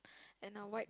and a white